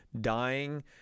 dying